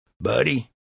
Buddy